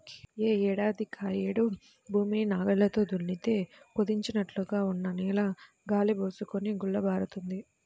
యే ఏడాదికాయేడు భూమిని నాగల్లతో దున్నితే కుదించినట్లుగా ఉన్న నేల గాలి బోసుకొని గుల్లబారుతుంది